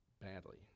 badly